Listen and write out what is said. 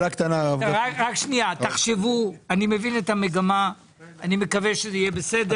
אני מבין את המגמה ואני מקווה שזה יהיה בסדר.